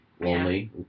Lonely